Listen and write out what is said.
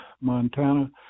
Montana